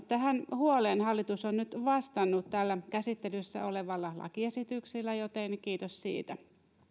tähän huoleen hallitus on nyt vastannut tällä käsittelyssä olevalla lakiesityksellä joten kiitos siitä